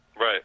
Right